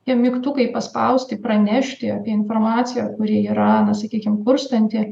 tie mygtukai paspausti pranešti apie informaciją kuri yra na sakykim kurstanti